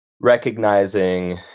recognizing